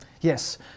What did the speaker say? Yes